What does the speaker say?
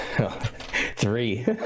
Three